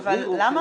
אבל מי